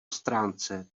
stránce